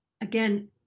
again